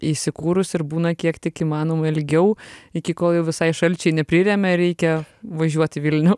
įsikūrus ir būna kiek tik įmanoma ilgiau iki kol jau visai šalčiai nepriremia ir reikia važiuot į vilnių